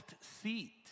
seat